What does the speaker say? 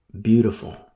beautiful